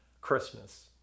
Christmas